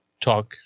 talk